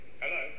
Hello